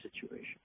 situation